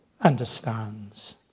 understands